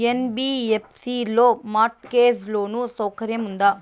NBFC లో mortgage loan సౌకర్యం ఉందా?